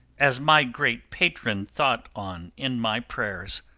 as my great patron thought on in my prayers